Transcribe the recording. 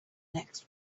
next